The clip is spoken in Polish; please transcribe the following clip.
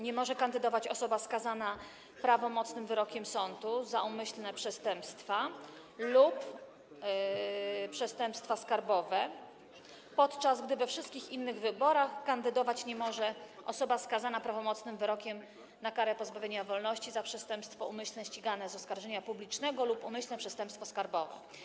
Nie może kandydować osoba skazana prawomocnym wyrokiem sądu za umyślne przestępstwa lub przestępstwa skarbowe, podczas gdy we wszystkich innych wyborach nie może kandydować osoba skazana prawomocnym wyrokiem na karę pozbawienia wolności za przestępstwo umyślne ścigane z oskarżenia publicznego lub umyślne przestępstwo skarbowe.